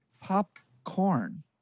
Popcorn